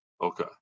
Okay